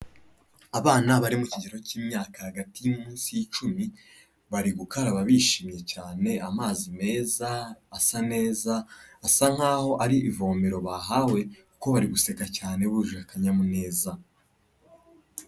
Abana bari mu kigero cy'imyaka hagati yo munsi y'icumi, bari gukaraba bishimye cyane amazi meza, asa neza, asa nkaho ari ivomero bahawe kuko bari guseka cyane buje akanyamuneza.